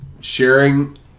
sharing